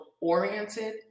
oriented